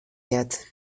heard